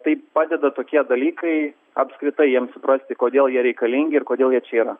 tai padeda tokie dalykai apskritai jiem suprasti kodėl jie reikalingi ir kodėl jie čia yra